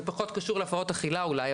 זה פחות קשור להפרעות אכילה אולי,